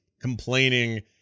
complaining